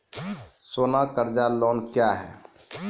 सोना कर्ज लोन क्या हैं?